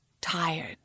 Tired